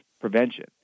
prevention